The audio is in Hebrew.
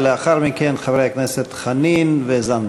ולאחר מכן, חברי הכנסת חנין וזנדברג.